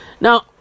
Now